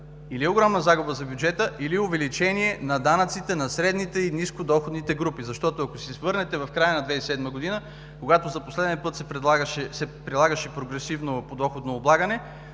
или огромна загуба за бюджета, или увеличение на данъците на средните и нискодоходните групи. Защото ако се върнете в края на 2007 г., когато за последен път се прилагаше прогресивното подоходно облагане,